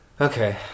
Okay